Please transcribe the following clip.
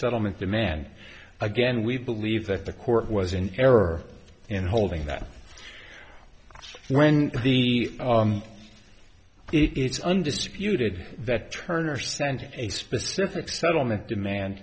settlement demand again we believe that the court was in error in holding that when the it's undisputed that turner sent a specific settlement demand